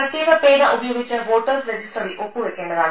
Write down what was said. പ്രത്യേക പേന ഉപയോഗിച്ച് വോട്ടേഴ്സ് രജിസ്റ്ററിൽ ഒപ്പ് വെയ്ക്കേണ്ടതാണ്